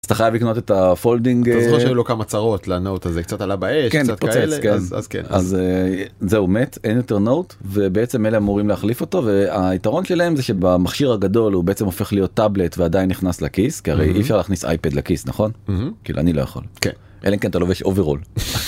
אתה חייב לקנות את הפולדינג אתה זוכר שהיו לו כמה צרות לנוט הזה קצת על הבעיה אז כן אז זהו מת אין יותר נוט ובעצם אלה אמורים להחליף אותו והיתרון שלהם זה שבמכשיר הגדול הוא בעצם הופך להיות טאבלט ועדיין נכנס לכיס כי הרי אי אפשר להכניס אייפד לכיס נכון כאילו אני לא יכול. אלא אם כן אתה לובש אוברול.